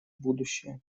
будущее